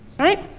right?